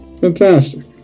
Fantastic